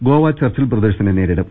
Goa Churchill ബ്രദേഴ്സിനെ നേരിടും